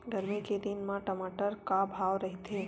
गरमी के दिन म टमाटर का भाव रहिथे?